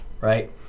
right